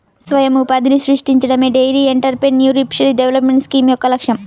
స్వయం ఉపాధిని సృష్టించడమే డెయిరీ ఎంటర్ప్రెన్యూర్షిప్ డెవలప్మెంట్ స్కీమ్ యొక్క లక్ష్యం